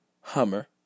Hummer